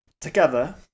Together